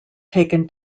taken